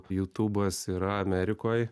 jutūbas yra amerikoj